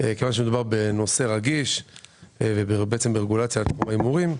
כיוון שמדובר בנושא רגיש ובעצם רגולציה בהימורים,